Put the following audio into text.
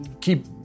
keep